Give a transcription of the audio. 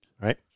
Right